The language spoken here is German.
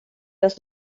das